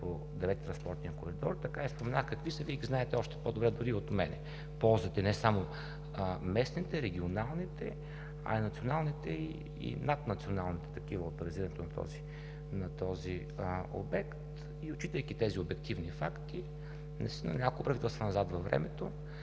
по Девети транспортен коридор така и споменах – и Вие знаете още по-добре дори от мен ползите, не само местните, регионалните, а и националните и наднационалните такива от развитието на този обект. Отчитайки тези обективни факти, наистина няколко правителства назад във времето,